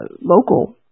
local